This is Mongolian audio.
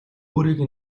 өөрийг